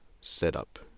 setup